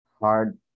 hard